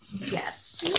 yes